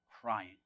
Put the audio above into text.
crying